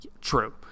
true